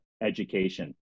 education